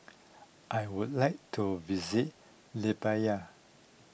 I would like to visit Libya